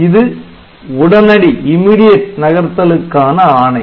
இது உடனடி நகர்த்தலுக்கான ஆணை